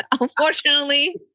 Unfortunately